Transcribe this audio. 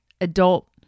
adult